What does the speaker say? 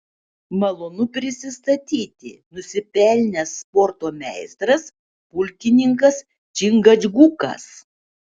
malonu prisistatyti nusipelnęs sporto meistras pulkininkas čingačgukas